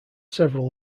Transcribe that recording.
several